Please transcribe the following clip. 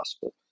possible